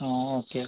ആ ഓക്കെ